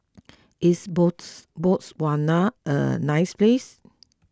is bots Botswana a nice place